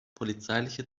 polizeiliche